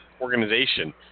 organization –